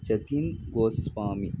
जतिन्गोस्वामी